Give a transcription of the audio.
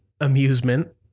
amusement